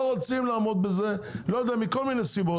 לא רוצים לעמוד בזה מכל מיני סיבות.